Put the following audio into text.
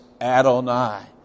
Adonai